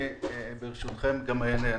ברשותכם, אענה.